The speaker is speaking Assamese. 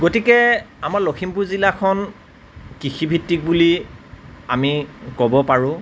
গতিকে আমাৰ লখিমপুৰ জিলাখন কৃষিভিত্তিক বুলি আমি ক'ব পাৰোঁ